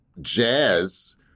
jazz